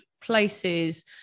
places